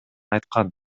айткан